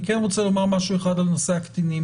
אני כן רוצה לומר משהו אחד על נושא הקטינים.